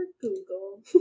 Google